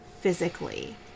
physically